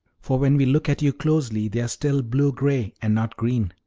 for when we look at you closely they are still blue-gray, and not green.